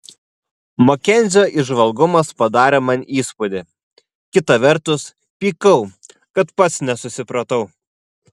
makenzio įžvalgumas padarė man įspūdį kita vertus pykau kad pats nesusipratau